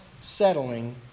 settling